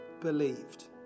believed